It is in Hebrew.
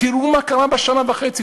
תראו מה קרה בשנה וחצי,